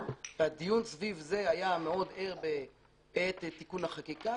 והדיון סביב זה היה מאוד ער בערב תיקון החקיקה,